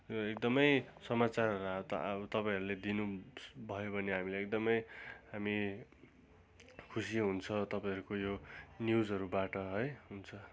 यो एकदमै समाचारहरू त अब तपाईँहरूले दिनुभयो भने हामीलाई एकदमै हामी खुसी हुन्छ तपाईँहरूको यो न्युजहरूबाट है हुन्छ